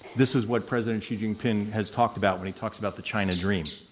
this is what president xi jinping has talked about when he talks about the china dream.